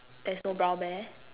there's no brown bear